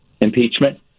impeachment